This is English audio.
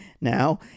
now